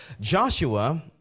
Joshua